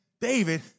David